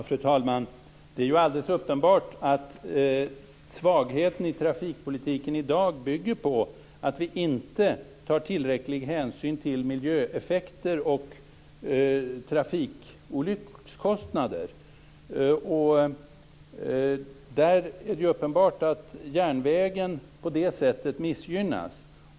Fru talman! Det är alldeles uppenbart att svagheten i dagens trafikpolitik bygger på att vi inte tar tillräcklig hänsyn till miljöeffekter och trafikolyckskostnader. Här är det uppenbart att järnvägen missgynnas.